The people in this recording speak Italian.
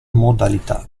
modalità